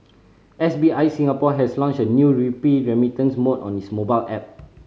S B I Singapore has launched a new rupee remittance mode on its mobile app